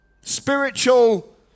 spiritual